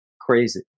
Crazy